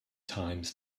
times